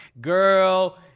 girl